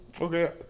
Okay